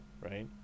right